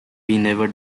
never